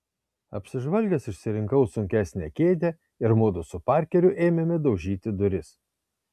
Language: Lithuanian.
apsižvalgęs išsirinkau sunkesnę kėdę ir mudu su parkeriu ėmėme daužyti duris